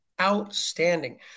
outstanding